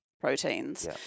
proteins